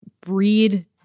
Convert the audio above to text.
breed